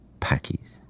packies